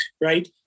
right